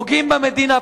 פוגעים במדינה,